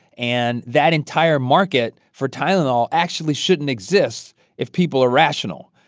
and that entire market for tylenol actually shouldn't exist if people are rational.